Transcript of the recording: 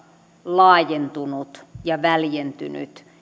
laajentunut ja väljentynyt